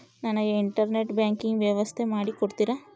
ನನಗೆ internet banking ವ್ಯವಸ್ಥೆ ಮಾಡಿ ಕೊಡ್ತೇರಾ?